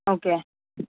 okay